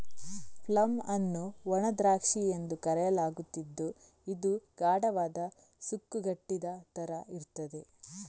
plum ಅನ್ನು ಒಣ ದ್ರಾಕ್ಷಿ ಎಂದು ಕರೆಯಲಾಗುತ್ತಿದ್ದು ಇದು ಗಾಢವಾದ, ಸುಕ್ಕುಗಟ್ಟಿದ ತರ ಇರ್ತದೆ